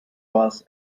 bus